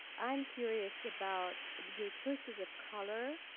i'm curious about your choices of color.